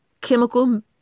chemical